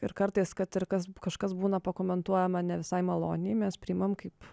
ir kartais kad ir kas kažkas būna pakomentuojama ne visai maloniai mes priimam kaip